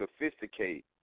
Sophisticate